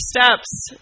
steps